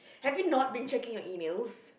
have you not been checking your emails